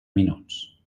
minuts